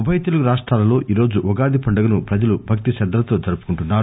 ఉభయ తెలుగు రాష్టలలో ఈరోజు ఉగాది పండుగను ప్రజలు భక్తి శర్దలతో జరుపుకుంటున్నారు